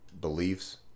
beliefs